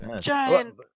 giant